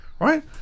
Right